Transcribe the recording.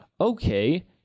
Okay